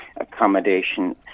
accommodation